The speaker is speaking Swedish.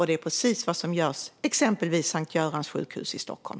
Det är precis vad som görs exempelvis på Sankt Görans sjukhus i Stockholm.